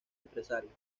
empresarios